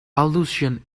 allusion